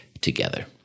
together